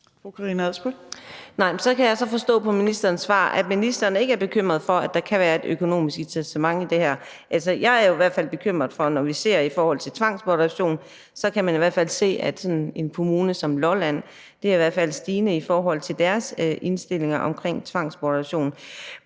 Så kan jeg så forstå på ministerens svar, at ministeren ikke er bekymret for, at der kan være et økonomisk incitament i det her. Altså, jeg er i jo hvert fald bekymret for, når vi ser på tvangsbortadoption, at der i en kommune som Lolland er en stigning i deres indstillinger omkring tvangsbortadoption.